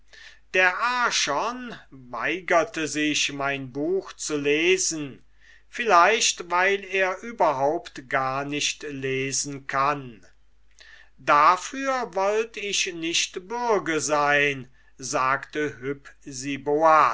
der archon weigerte sich mein buch zu lesen vielleicht weil er überall gar nicht lesen kann dafür wollt ich nicht bürge sein sagte